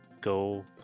go